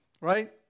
right